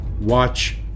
watch